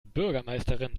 bürgermeisterin